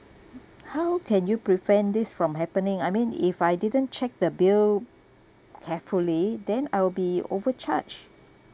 how can you prevent this from happening I mean if I didn't check the bill carefully then I will be overcharged